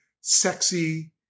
sexy